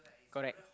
correct